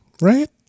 right